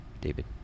David